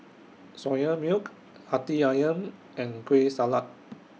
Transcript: Soya Milk Hati Ayam and Kueh Salat